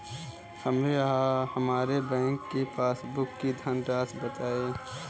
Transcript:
हमें हमारे बैंक की पासबुक की धन राशि बताइए